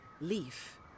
leaf